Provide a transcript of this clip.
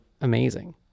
amazing